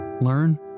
learn